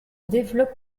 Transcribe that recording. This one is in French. développe